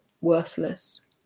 worthless